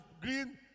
green